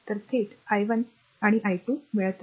तर थेट ते i1 आणि i2 मिळवत आहेत